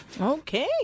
Okay